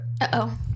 Uh-oh